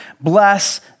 bless